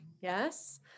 Yes